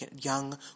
young